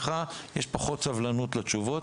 לך יש פחות סבלנות לתשובות.